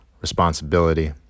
responsibility